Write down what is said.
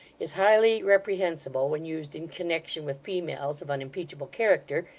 is highly reprehensible when used in connection with females of unimpeachable character,